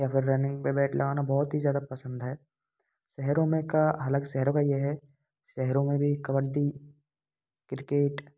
या फिर रनींग पर बैट लगाना बहुत ही ज़्यादा पसंद है शहरों में का अलग शहरों में यह है शहरों में भी कबड्डी किर्केट